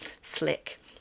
slick